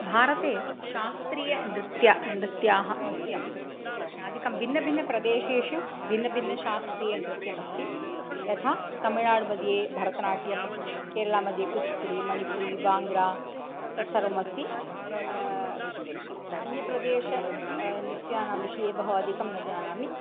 भारते शास्त्रीयनृत्यं नृत्याः नृत्यम् आदिकं भिन्नभिन्नप्रदेशेषु भिन्नभिन्नशास्त्रीयनृत्यमस्ति यथा तमिळ्नाडुमध्ये भरतनाट्यं केरलमध्ये कुचुपुडि मणिपुरी बाङ्ग्रा तत्सर्वम् अस्ति अन्यप्रदेशानां नृत्यानां विषये बहु अधिकं न जानामि